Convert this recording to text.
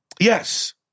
yes